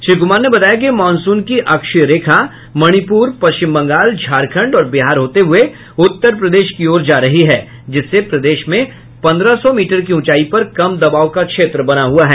श्री कुमार ने बताया कि मॉनसून की अक्षीय रेखा मणिपुर पश्चिम बंगाल झारखण्ड और बिहार होते हये उत्तर प्रदेश की ओर जा रही है जिससे प्रदेश में पंद्रह सौ मीटर की ऊंचाई पर कम दबाव का क्षेत्र बना हुआ है